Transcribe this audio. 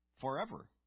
forever